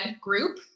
group